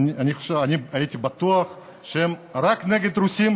הייתי בטוח שהם רק נגד רוסים,